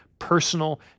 personal